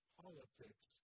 politics